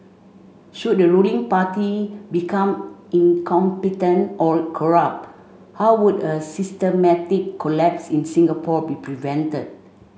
should the ruling party become incompetent or corrupt how would a systematic collapse in Singapore be prevented